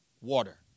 water